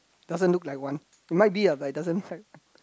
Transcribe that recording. doesn't look like one it might be like doesn't affect